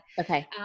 Okay